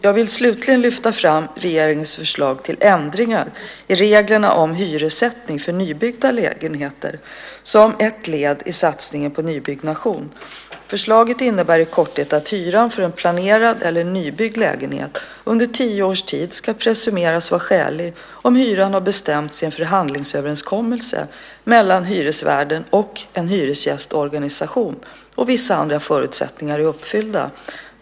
Jag vill slutligen lyfta fram regeringens förslag till ändringar i reglerna om hyressättning för nybyggda lägenheter som ett led i satsningen på nybyggnation. Förslaget innebär i korthet att hyran för en planerad eller nybyggd lägenhet under tio års tid ska presumeras vara skälig, om hyran har bestämts i en förhandlingsöverenskommelse mellan hyresvärden och en hyresgästorganisation och vissa andra förutsättningar är uppfyllda.